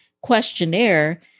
questionnaire